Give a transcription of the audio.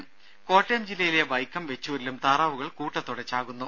ദേദ കോട്ടയം ജില്ലയിലെ വൈക്കം വെച്ചൂരിലും താറാവുകൾ കൂട്ടത്തോടെ ചാകുന്നു